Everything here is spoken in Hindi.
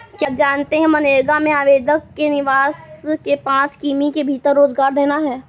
आप जानते है मनरेगा में आवेदक के निवास के पांच किमी के भीतर रोजगार देना है?